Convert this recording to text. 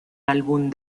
álbum